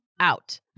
out